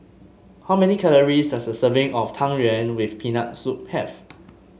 how many calories does a serving of Tang Yuen with Peanut Soup have